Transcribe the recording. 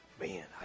Man